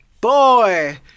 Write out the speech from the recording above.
boy